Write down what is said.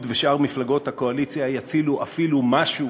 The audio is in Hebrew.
ושאר מפלגות הקואליציה יצילו אפילו משהו